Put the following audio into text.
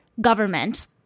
government